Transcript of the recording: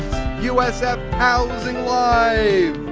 usf housing live!